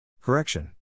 Correction